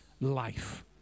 life